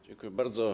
Dziękuję bardzo.